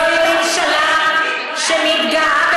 זו ממשלה שמתגאה,